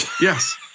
Yes